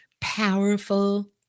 Powerful